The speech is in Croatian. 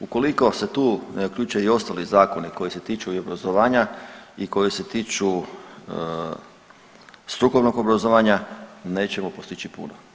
Ukoliko se tu ne uključuju i ostali zakoni koji se tiču i obrazovanja i koji se tiču strukovnog obrazovanja nećemo postići puno.